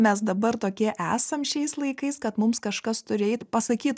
mes dabar tokie esam šiais laikais kad mums pasakyt